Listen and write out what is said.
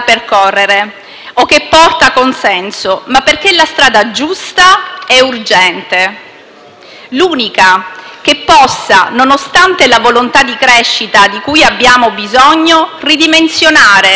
l'unica che possa, nonostante la volontà di crescita di cui abbiamo bisogno, ridimensionare i danni irreversibili che ha prodotto l'azione degli uomini che fino ad oggi hanno governato. Noi